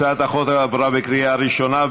הצעת החוק עברה בקריאה ראשונה,